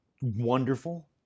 Wonderful